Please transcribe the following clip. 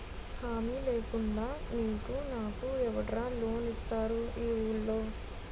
హామీ లేకుండా నీకు నాకు ఎవడురా లోన్ ఇస్తారు ఈ వూళ్ళో?